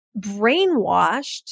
brainwashed